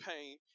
pain